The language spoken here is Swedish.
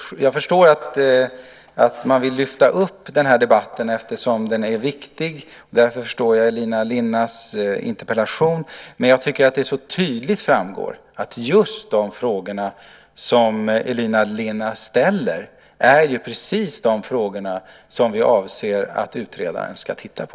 Jag förstår att man vill lyfta upp den här debatten eftersom den är viktig. Därför förstår Elina Linnas interpellation, men jag tycker att det så tydligt framgår att just de frågor som Elina Linna ställer är precis de frågor som vi avser att utredaren ska titta på.